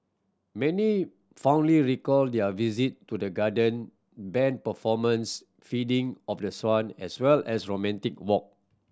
many fondly recalled their visit to the garden band performance feeding of the swan as well as romantic walk